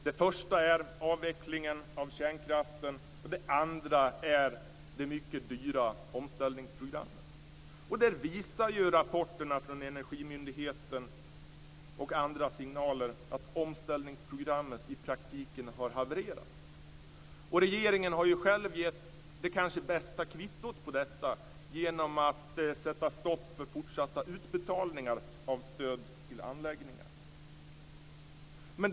Det första är avvecklingen av kärnkraften, och det andra är det mycket dyra omställningsprogrammet. Rapporterna från Energimyndigheten och andra signaler visar att omställningsprogrammet i praktiken har havererat. Regeringen har själv gett det kanske bästa kvittot på detta genom att sätta stopp för fortsatta utbetalningar av stöd till anläggningar.